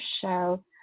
show